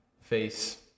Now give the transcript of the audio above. face